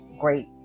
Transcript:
great